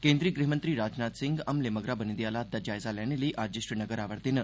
केन्द्री गृह मंत्री राजनाथ सिंह हमले मगरा बने दे हालात दा जायजा लैने लेई अज्ज श्रीनगर आवा'रदे न